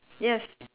yes